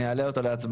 אני אעלה להצבעה.